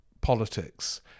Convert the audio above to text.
politics